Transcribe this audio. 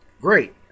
great